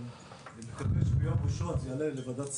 אבל אני מקווה שביום ראשון זה יעלה לוועדת שרים,